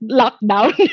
lockdown